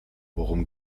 worum